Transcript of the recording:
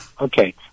Okay